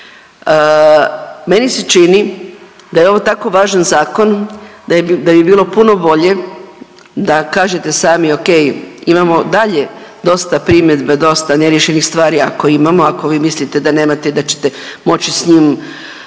Meni se čini da je ovo tako važan zakon da bi bilo puno bolje da kažete sami o.k. imamo dalje dosta primjedbi, dosta neriješenih stvari ako imamo, ako vi mislite da nemate da ćete moći s njim